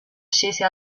scese